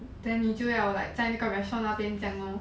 then 你就要 like 在那个 restaurant 那边这样 lor